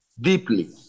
deeply